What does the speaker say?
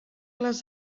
les